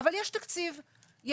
יש תקציב,